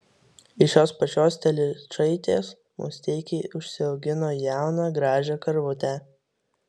iš jos pačios telyčaitės musteikiai užsiaugino jauną gražią karvutę